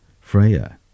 Freya